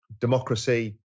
democracy